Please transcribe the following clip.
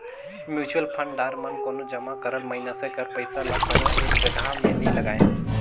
mutual fund दार मन कोनो जमा करल मइनसे कर पइसा ल कोनो एक जगहा में नी लगांए